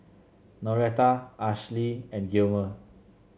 Noretta Ashli and Gilmer